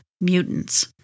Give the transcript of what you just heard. Mutants